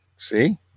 See